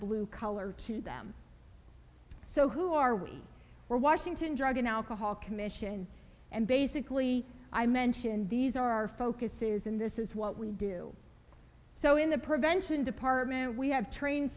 blue color to them so who are we where washington drug and alcohol commission and basically i mentioned these are our focuses in this is what we do so in the prevention department we have train